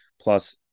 plus